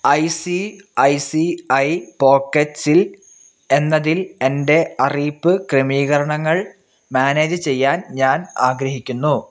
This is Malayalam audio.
I C I C I പോക്കറ്റ്സിൽ എന്നതിൽ എൻ്റെ അറിയിപ്പ് ക്രമീകരണങ്ങൾ മാനേജ് ചെയ്യാൻ ഞാൻ ആഗ്രഹിക്കുന്നു